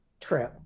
true